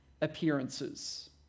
appearances